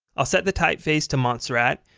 i'll set the typeface to montserrat,